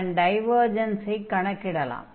அதன் டைவர்ஜன்ஸை கணக்கிடலாம்